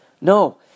No